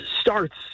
starts